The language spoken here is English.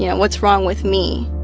yeah what's wrong with me?